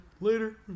later